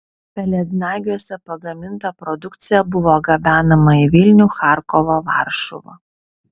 pelėdnagiuose pagaminta produkcija buvo gabenama į vilnių charkovą varšuvą